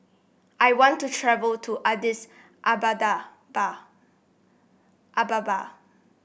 I want to travel to Addis Ababa